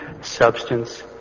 substance